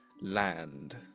land